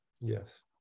yes